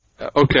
Okay